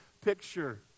picture